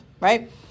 right